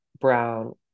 Brown